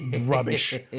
rubbish